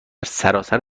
سراسر